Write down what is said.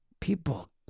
People